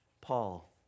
Paul